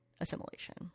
assimilation